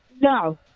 No